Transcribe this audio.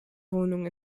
wohnung